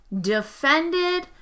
defended